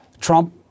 Trump